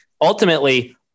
ultimately